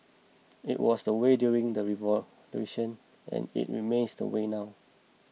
it was the way during the revolution and it remains the way now